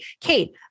Kate